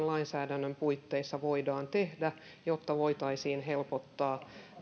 lainsäädännön puitteissa voidaan tehdä jotta voitaisiin helpottaa